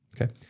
okay